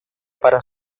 para